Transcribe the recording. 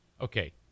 okay